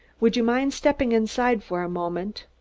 would you mind stepping inside for a moment?